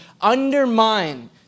undermine